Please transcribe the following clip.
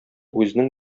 үзенең